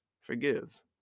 forgive